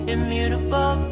Immutable